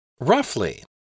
Roughly